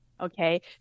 Okay